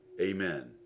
Amen